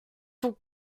ton